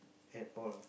at all